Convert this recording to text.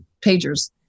pagers